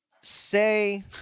Say